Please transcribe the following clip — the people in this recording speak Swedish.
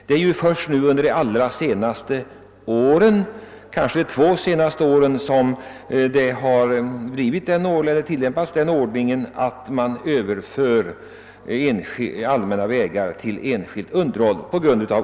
Det är först under de allra senaste åren, särskilt de två senaste åren, som man frångått den tidigare ordningen och överfört allmänna vägar till enskilt underhåll.